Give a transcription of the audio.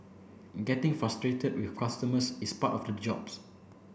getting frustrated with customers is part of the jobs